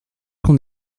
qu’on